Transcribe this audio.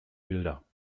bilder